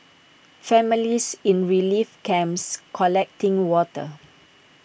families in relief camps collecting water